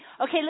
Okay